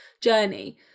journey